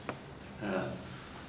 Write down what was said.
ha